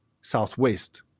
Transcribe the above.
Southwest